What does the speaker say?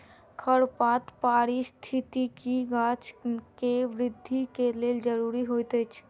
खरपात पारिस्थितिकी गाछ के वृद्धि के लेल ज़रूरी होइत अछि